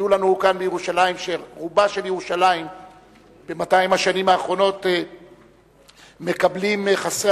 כאן בירושלים ב-200 השנים האחרונות מקבלים חסרי